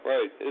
Right